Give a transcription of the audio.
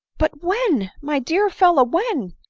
but when? my dear fellow! a when?